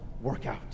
workout